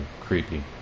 creepy